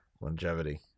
longevity